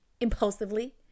impulsively